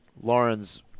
Lawrence